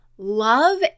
love